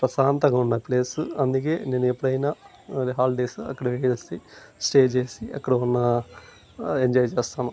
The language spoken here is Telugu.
ప్రశాంతంగా ఉన్న ఆ ప్లేసు అందుకే నేను ఎప్పుడైనా హాలిడేస్ అక్కడ వెళ్ళేసి స్టే చేసి అక్కడ ఉన్న ఎంజాయ్ చేస్తాను